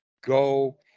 go